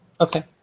Okay